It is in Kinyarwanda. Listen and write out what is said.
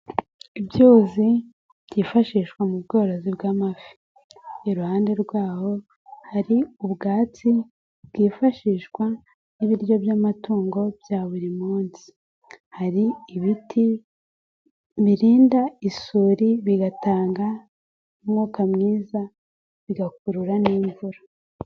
Ibyuzi byifashishwa mu bworozi bw'amafi. Iruhande rwaho, hari ubwatsi bwifashishwa nk'ibiryo by'amatungo bya buri munsi. Hari ibiti birinda isuri bigatanga n'umwuka mwiza bigakurura n'imvura.